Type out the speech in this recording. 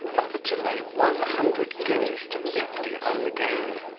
offered to lay one hundred guineas to fifty on the game.